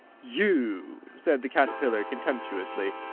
you! said the caterpillar contemptuously.